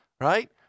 Right